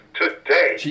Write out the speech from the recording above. today